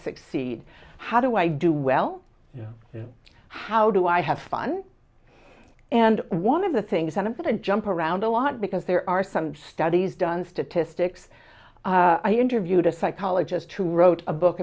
succeed how do i do well how do i have fun and one of the things and i'm going to jump around a lot because there are some studies done statistics i interviewed a psychologist who wrote a book